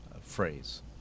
phrase